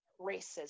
racism